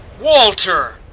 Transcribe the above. Walter